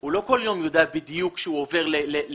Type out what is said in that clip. והוא לא כל יום יודע בדיוק שהוא עובר למורחב.